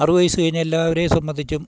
അറുപത് വയസ്സ് കഴിഞ്ഞ എല്ലാവരെയും സംബന്ധിച്ചും